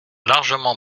largement